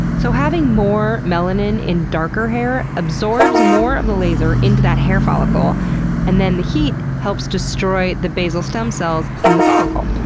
so, having more melanin in darker hair absorbs and more of the laser into that hair follicle and then the heat helps destroy the basal stem cells in the follicle.